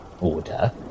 order